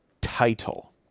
title